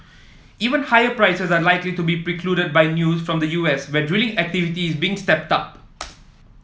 even higher prices are likely to be precluded by news from the U S where drilling activity is being stepped up